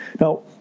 Now